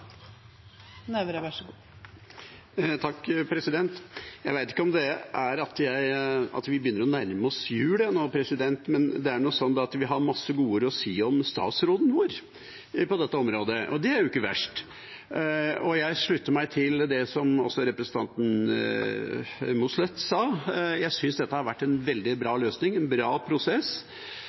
vi begynner å nærme oss jul, men det er nå sånn at vi har mange godord å si om statsråden vår på dette området, og det er jo ikke verst. Jeg slutter meg til det som også representanten Mossleth sa: Jeg synes dette har blitt en veldig bra løsning, og det har vært en bra prosess,